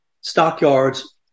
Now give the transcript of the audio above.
stockyards